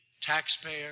taxpayer